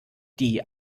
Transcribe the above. die